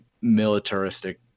militaristic